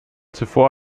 zuvor